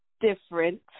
different